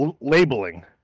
labeling